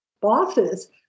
bosses